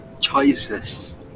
choices